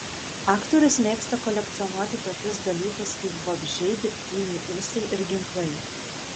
aktorius mėgsta kolekcionuoti tokius dalykus kaip vabzdžiai dirbtiniai ūsai ir ginklai